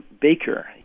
baker